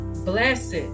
Blessed